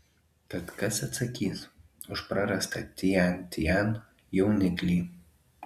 tad kas atsakys už prarastą tian tian jauniklį